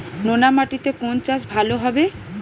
নোনা মাটিতে কোন চাষ ভালো হবে?